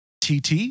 tt